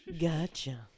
Gotcha